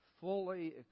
fully